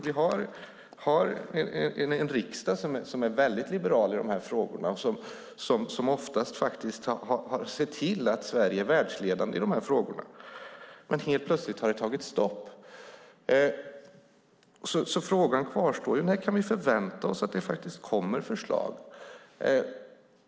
Vi har en riksdag som är väldigt liberal i dessa frågor och som ofta har sett till att Sverige är världsledande i dessa frågor. Men helt plötsligt har det tagit stopp. Frågan kvarstår. När kan vi förvänta oss att det kommer förslag?